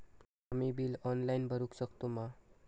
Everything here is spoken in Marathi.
आम्ही बिल ऑनलाइन भरुक शकतू मा?